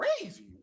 crazy